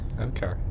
Okay